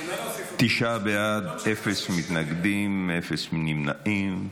תשעה בעד, אין מתנגדים, אין נמנעים.